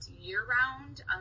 year-round